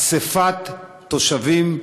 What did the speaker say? אספת תושבים,